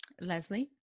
Leslie